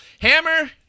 Hammer